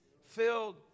filled